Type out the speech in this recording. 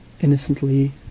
innocently